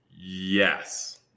Yes